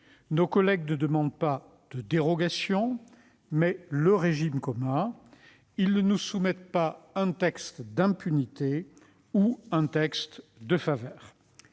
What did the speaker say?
Ils demandent non pas une dérogation, mais le régime commun ; ils ne nous soumettent pas un texte d'impunité ou un texte de faveur.